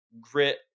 grit